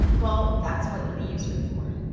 well, that's what leaves are for!